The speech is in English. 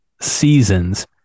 seasons